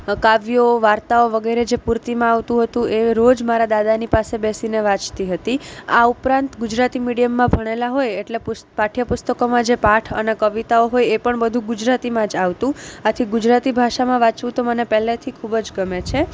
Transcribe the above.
કાવ્યો વાર્તાઓ વગેરે જે પૂર્તિમાં આવતું હતું એ રોજ મારા દાદાની પાસે બેસીને વાંચતી હતી આ ઉપરાંત ગુજરાતી મીડિયમમાં ભણેલા હોય એટલે પુ પાઠ્યપુસ્તકોમાં જે પાઠ અને કવિતાઓ હોય એ પણ બધું ગુજરાતીમાં જ આવતું આથી ગુજરાતી ભાષામાં વાંચવું તો મને પહેલેથી ખૂબ જ ગમે છે